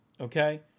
okay